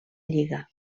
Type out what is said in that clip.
lliga